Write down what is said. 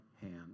hand